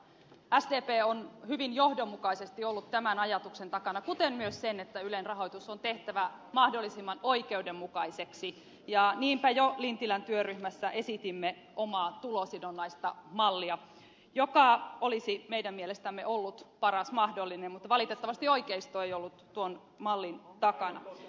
sdp on hyvin johdonmukaisesti ollut tämän ajatuksen takana kuten myös sen että ylen rahoitus on tehtävä mahdollisimman oikeudenmukaiseksi ja niinpä jo lintilän työryhmässä esitimme omaa tulosidonnaista mallia joka olisi meidän mielestämme ollut paras mahdollinen mutta valitettavasti oikeisto ei ollut tuon mallin takana